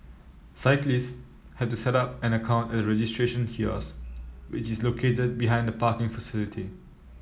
cyclists have to set up an account at the registration kiosks which is located behind the parking facility